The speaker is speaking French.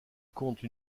compte